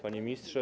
Panie Ministrze!